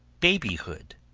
babyhood.